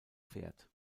fährt